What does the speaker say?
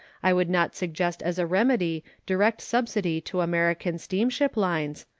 i would not suggest as a remedy direct subsidy to american steamship lines,